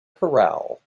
corral